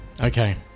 Okay